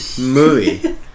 movie